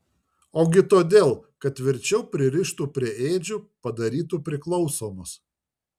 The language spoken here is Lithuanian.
ogi todėl kad tvirčiau pririštų prie ėdžių padarytų priklausomus